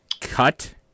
Cut